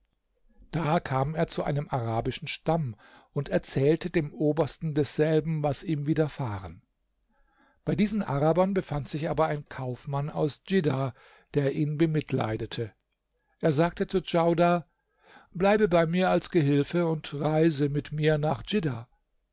da kam er zu einem arabischen stamm und erzählte dem obersten desselben was ihm widerfahren bei diesen arabern befand sich aber ein kaufmann aus djiddah der ihn bemitleidete er sagte zu djaudar bleibe bei mir als gehilfe und reise mit mir nach